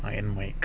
I am mike